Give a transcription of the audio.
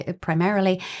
primarily